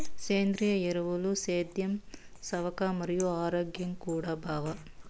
సేంద్రియ ఎరువులు సేద్యం సవక మరియు ఆరోగ్యం కూడా బావ